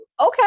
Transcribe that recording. okay